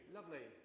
Lovely